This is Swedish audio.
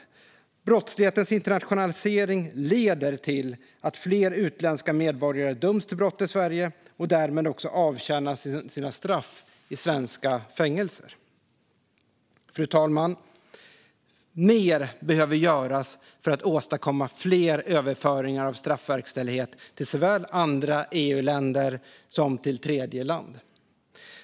Brottslighetens internationalisering leder till att fler utländska medborgare döms för brott i Sverige och därmed också avtjänar sina straff i svenska fängelser. Fru talman! Mer behöver göras för att åstadkomma fler överföringar av straffverkställighet till såväl andra EU-länder som tredjeland.